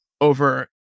over